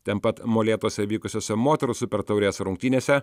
ten pat molėtuose vykusiose moterų super taurės rungtynėse